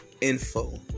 info